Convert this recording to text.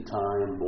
time